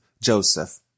Joseph